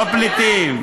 לא פליטים.